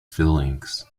feelings